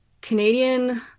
Canadian